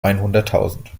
einhunderttausend